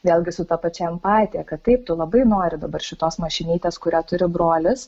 vėlgi su ta pačia empatija kad taip tu labai nori dabar šitos mašinytės kurią turi brolis